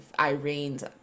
Irene's